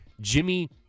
Jimmy